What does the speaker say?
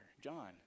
John